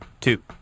two